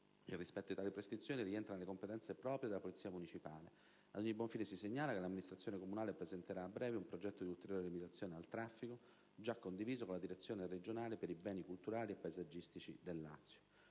Il rispetto di tali prescrizioni rientra nelle competenze proprie della polizia municipale. Ad ogni buon fine si segnala che l'amministrazione comunale presenterà a breve un progetto di ulteriore limitazione al traffico, già condiviso con la Direzione regionale per i beni culturali e paesaggistici del Lazio.